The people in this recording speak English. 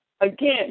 again